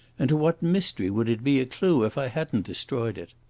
and to what mystery would it be a clue if i hadn't destroyed it?